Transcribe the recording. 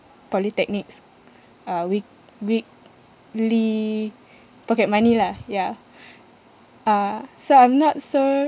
polytechnics uh week~ weekly pocket money lah ya uh so I'm not so